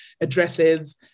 addresses